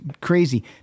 crazy